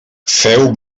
feu